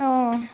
অঁ